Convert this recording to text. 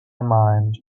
mind